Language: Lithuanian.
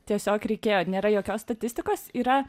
tiesiog reikėjo nėra jokios statistikos yra